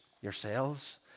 yourselves